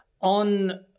On